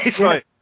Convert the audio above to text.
Right